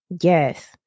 Yes